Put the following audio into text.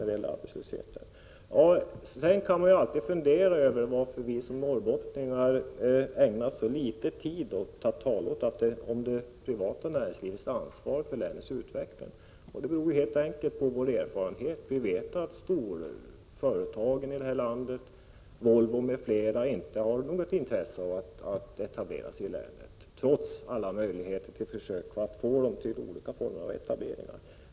Man kan alltid fundera över varför vi norrbottningar talar så litet om det privata näringslivets ansvar för utvecklingen i Norrbotten. Detta beror helt enkelt på vår erfarenhet. Vi vet att storföretagen i landet, t.ex. Volvo, inte har något intresse av att etablera sig i länet, trots alla försök att få dem att etablera sig på olika sätt.